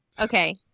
Okay